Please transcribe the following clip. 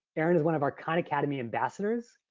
erin is one of our khan academy ambassadors,